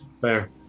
Fair